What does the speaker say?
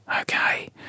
okay